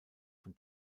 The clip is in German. von